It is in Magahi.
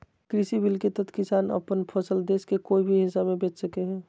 कृषि बिल के तहत किसान अपन फसल देश के कोय भी हिस्सा में बेच सका हइ